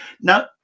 Now